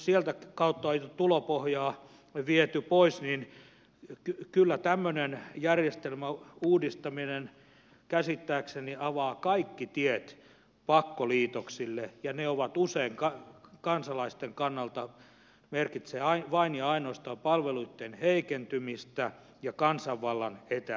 kun sitä kautta on tulopohjaa viety pois niin kyllä tämmöinen järjestelmän uudistaminen käsittääkseni avaa kaikki tiet pakkoliitoksille ja ne usein kansalaisten kannalta merkitsevät vain ja ainoastaan palveluitten heikentymistä ja kansanvallan etääntymistä